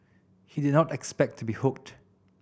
he did not expect to be hooked